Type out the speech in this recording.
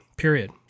period